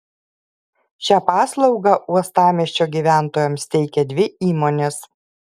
šią paslaugą uostamiesčio gyventojams teikia dvi įmonės